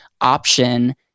option